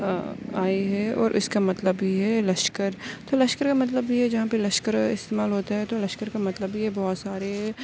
آئی ہے اور اس کا مطلب یہ ہے لشکر تو لشکر کا مطلب یہ جہاں پہ لشکر استعمال ہوتا ہے تو لشکر کا مطلب یہ بہت سارے